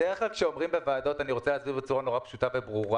בדרך כלל כשאומרים בוועדות: אני רוצה להסביר בצורה מאוד פשוטה וברורה,